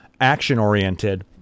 action-oriented